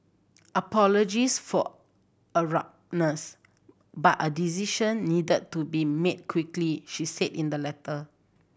apologies for but a decision needed to be made quickly she said in the letter